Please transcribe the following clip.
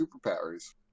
superpowers